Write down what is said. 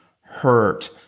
hurt